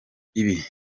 ibi